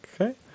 Okay